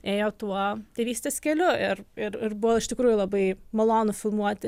ėjo tuo tėvystės keliu ir ir ir buvo iš tikrųjų labai malonu filmuoti